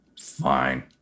fine